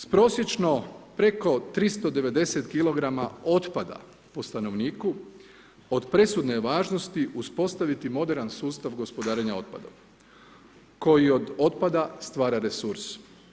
S prosječno preko 390kg otpada po stanovniku od presudne je važnosti uspostaviti moderan sustav gospodarenja otpadom koji od otpada stvara resurs.